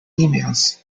emails